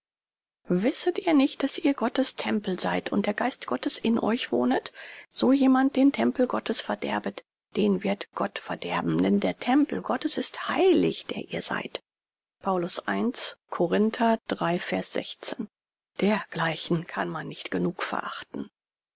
wisset ihr nicht daß ihr gottes tempel seid und der geist gottes in euch wohnet so jemand den tempel gottes verderbet den wird gott verderben denn der tempel gottes ist heilig der seid dergleichen kann man nicht genug verachten